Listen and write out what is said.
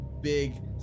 big